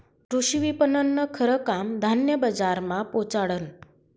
कृषी विपणननं खरं काम धान्य बजारमा पोचाडनं